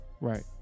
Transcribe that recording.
Right